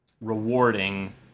rewarding